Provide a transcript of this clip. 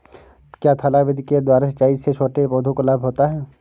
क्या थाला विधि के द्वारा सिंचाई से छोटे पौधों को लाभ होता है?